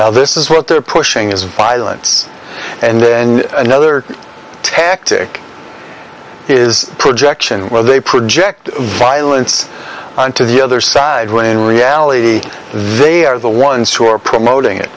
clothes this is what they're pushing is a pilots and then another tactic is projection where they project violence on to the other side when in reality they are the ones who are promoting it